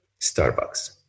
Starbucks